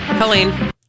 Colleen